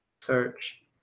Search